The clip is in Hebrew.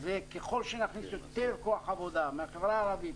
ככל שנכניס יותר כוח עבודה מהחברה הערבית,